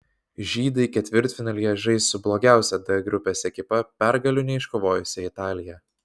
žydai ketvirtfinalyje žais su blogiausia d grupės ekipa pergalių neiškovojusia italija